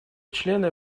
члены